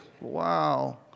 Wow